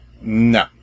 No